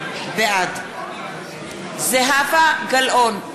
בעד זהבה גלאון,